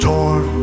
Torn